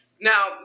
Now